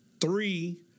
Three